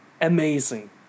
amazing